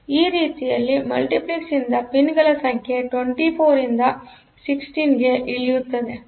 ಆದ್ದರಿಂದ ಆ ರೀತಿಯಲ್ಲಿ ಮಲ್ಟಿಪ್ಲೆಕ್ಸ್ ಇಂದ ಪಿನ್ ಗಳ ಸಂಖ್ಯೆ 24 ರಿಂದ 16 ಕ್ಕೆ ಇಳಿಯುತ್ತದೆ